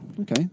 Okay